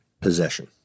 possession